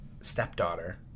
stepdaughter